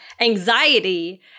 anxiety